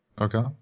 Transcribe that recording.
Okay